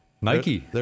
Nike